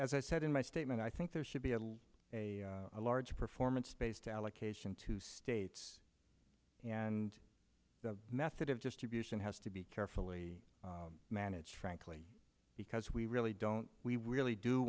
as i said in my statement i think there should be a large performance based allocation to states and the method of distribution has to be carefully managed frankly because we really don't we really do